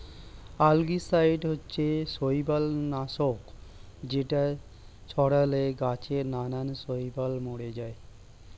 algicide হচ্ছে শৈবাল নাশক যেটা ছড়ালে গাছে নানা শৈবাল মরে যায়